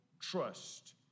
trust